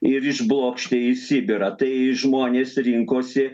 ir išblokšti į sibirą tai žmonės rinkosi